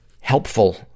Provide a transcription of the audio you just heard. helpful